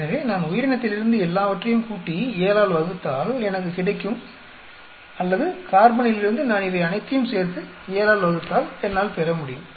எனவே நான் உயிரினத்திலிருந்து எல்லாவற்றையும் கூட்டி 7 ஆல் வகுத்தால் எனக்கு கிடைக்கும் அல்லது கார்பனிலிருந்து நான் இவை அனைத்தையும் சேர்த்து 7 ஆல் வகுத்தால் என்னால் பெற முடியும்